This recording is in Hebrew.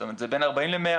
זאת אומרת זה בין 40 ל-100,